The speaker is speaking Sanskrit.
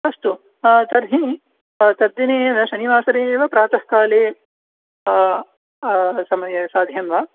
अस्तु तर्हि तद्दिने एव शनिवासरे एव प्रातःकाले समयसाधयं वा